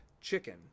chicken